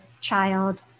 child